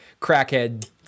crackhead